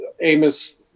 Amos